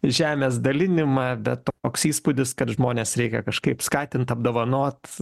žemės dalinimą bet toks įspūdis kad žmones reikia kažkaip skatint apdovanot